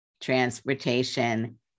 transportation